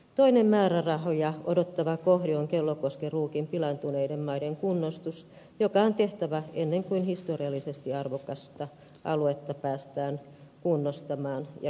toinen määrärahoja odottava kohde on kellokosken ruukin pilaantuneiden maiden kunnostus joka on tehtävä ennen kuin historiallisesti arvokasta aluetta päästään kunnostamaan ja kehittämään